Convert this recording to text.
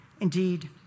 Indeed